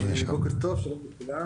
חייב להגיד לכם